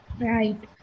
Right